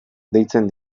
deitzen